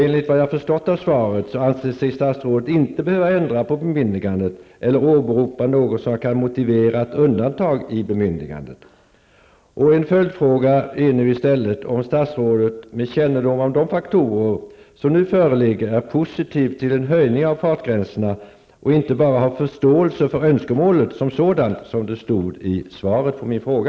Enligt vad jag har förstått av svaret, anser sig statsrådet inte behöva ändra på bemyndigandet eller åberopa något som kan motivera ett undantag i bemyndigandet. En följdfråga är om statsrådet, med kännedom om de faktorer som nu föreligger, är positiv till en höjning av fartgränsen och inte bara ''har förståelse för önskemålet'' som sådant, som det stod i svaret på min fråga.